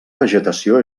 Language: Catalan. vegetació